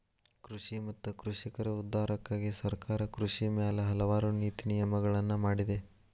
ಕೃಷಿ ಮತ್ತ ಕೃಷಿಕರ ಉದ್ಧಾರಕ್ಕಾಗಿ ಸರ್ಕಾರ ಕೃಷಿ ಮ್ಯಾಲ ಹಲವಾರು ನೇತಿ ನಿಯಮಗಳನ್ನಾ ಮಾಡಿದೆ